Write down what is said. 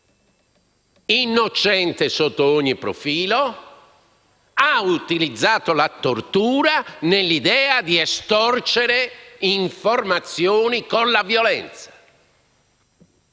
innocente sotto ogni profilo, ha utilizzato la tortura nell'idea di estorcere informazioni con la violenza.